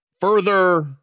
further